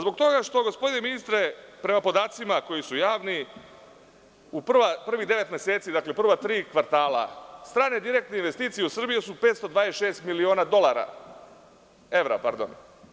Zbog toga što, gospodine ministre, prema podacima, koji su javni, u prvih devet meseci, u prva tri kvartala, strane direktne investicije u Srbiji su 526 miliona dolara, evra, pardon.